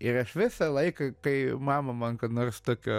ir aš visą laiką kai mama man ką nors tokio